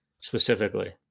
specifically